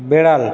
বেড়াল